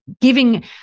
giving